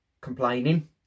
Complaining